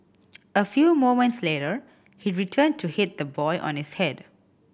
a few moments later he returned to hit the boy on his head